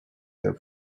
their